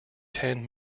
ten